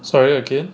sorry again